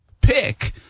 pick